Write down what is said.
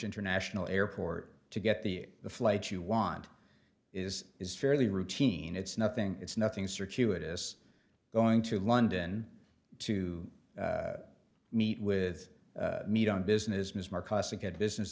international airport to get the the flight you want is is fairly routine it's nothing it's nothing circuitous going to london to meet with meet on business